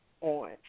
on